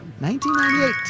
1998